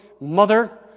mother